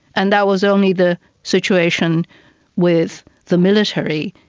and that was only the situation with the military.